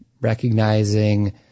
recognizing